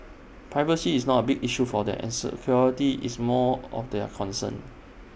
privacy is not A big issue for them an security is more of their concern